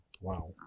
Wow